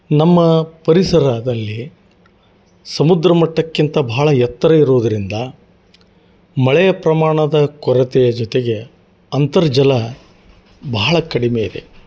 ನಮ್ಮ ಪರಿಸರದಲ್ಲಿ ಸಮುದ್ರ ಮಟ್ಟಕ್ಕಿಂತ ಭಾಳ ಎತ್ತರ ಇರೋದರಿಂದ ಮಳೆಯ ಪ್ರಮಾಣದ ಕೊರತೆಯ ಜೊತೆಗೆ ಅಂತರ್ಜಲ ಭಾಳ ಕಡಿಮೆ ಇದೆ